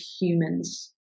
humans